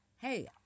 Hey